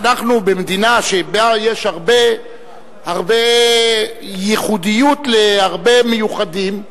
אנחנו במדינה שבה יש הרבה ייחודיות להרבה מיוחדים,